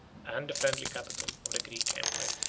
and the friendly capital of the greek empire.